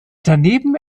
daneben